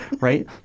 right